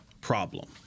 problem